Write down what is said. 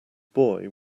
boy